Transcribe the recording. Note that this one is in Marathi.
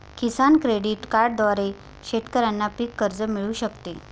किसान क्रेडिट कार्डद्वारे शेतकऱ्यांना पीक कर्ज मिळू शकते